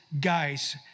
guys